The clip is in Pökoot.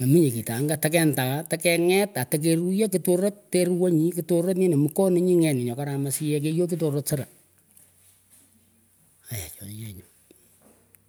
meminyeh kitangah teken ndaah teke ngat aah tekeruyoh kitorot te ruwahnyih ki torot nyini mukoninyih ngetunyin nyokaram asiyeh keyokchih torot seran ayah chonienyish.